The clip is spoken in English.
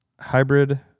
hybrid